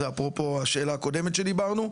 זה אפרופו השאלה הקודמת שדיברנו,